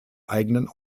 eigenen